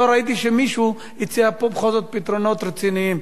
לא ראיתי שמישהו הציע פה בכל זאת פתרונות רציניים.